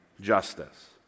justice